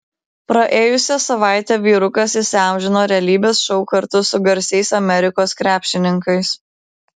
praėjusią savaitę vyrukas įsiamžino realybės šou kartu su garsiais amerikos krepšininkais